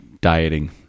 dieting